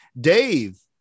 Dave